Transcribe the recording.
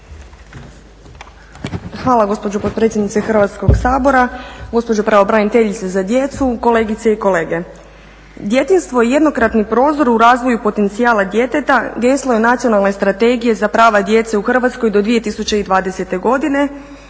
Hvala gospođo potpredsjednice Hrvatskog sabora, gospođo pravobraniteljice za djecu, kolegice i kolege. Djetinjstvo je jednokratni prozor u razvoju potencijala djeteta, geslo je Nacionalne strategije za prava djece u Hrvatskoj do 2020. godine